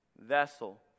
vessel